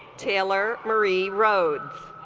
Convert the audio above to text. taylor murray rhodes